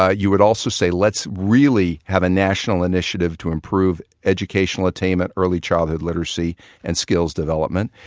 ah you would also say, let's really have a national initiative to improve educational attainment, early childhood literacy and skills development.